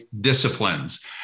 disciplines